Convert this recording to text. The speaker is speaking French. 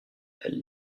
elle